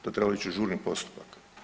To je trebalo ići u žurni postupak.